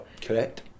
Correct